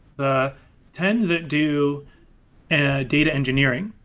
the ten that do data engineering,